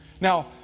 Now